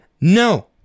no